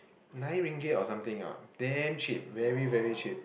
nine ringgit or something lah damn cheap very very cheap